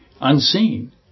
unseen